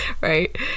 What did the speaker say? Right